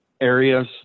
areas